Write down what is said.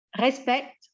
respect